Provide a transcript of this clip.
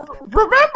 Remember